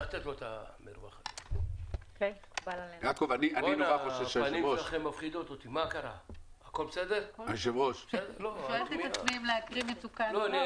יש לנו תיקוני נוסח בהמשך להערות של הייעוץ המשפטי של הוועדה.